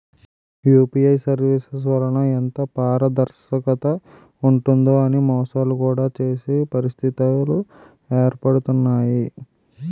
UPI services వలన ఎంత పారదర్శకత ఉంటుందో అని మోసాలు కూడా చేసే పరిస్థితిలు ఏర్పడుతుంటాయి